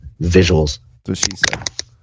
visuals